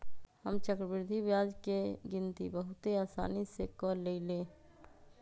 हम चक्रवृद्धि ब्याज के गिनति बहुते असानी से क लेईले